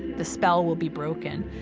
the spell will be broken.